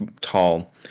tall